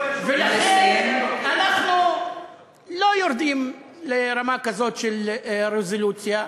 ולכן, אנחנו לא יורדים לרמה כזאת של רזולוציה.